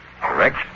Correct